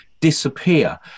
disappear